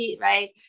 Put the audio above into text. right